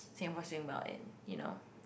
Singapore swim about in you know